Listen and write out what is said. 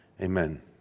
Amen